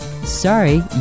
Sorry